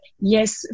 yes